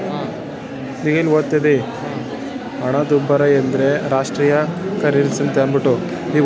ಹಣದುಬ್ಬರ ಎಂದ್ರೆ ರಾಷ್ಟ್ರೀಯ ಕರೆನ್ಸಿ ಮೌಲ್ಯಕ್ಕೆ ಸಂಬಂಧಿಸಿದ ನಿರ್ದಿಷ್ಟ ಅವಧಿ ಸರಕು ಮತ್ತು ಸೇವೆ ಬೆಲೆಯಲ್ಲಿ ನಿರಂತರ ಹೆಚ್ಚಳ